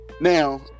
Now